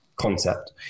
concept